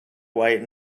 white